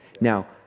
Now